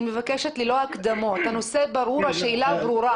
אני מבקשת ללא הקדמות, הנושא ברור, השאלה ברורה.